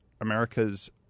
America's